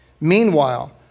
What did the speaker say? Meanwhile